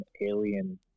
alien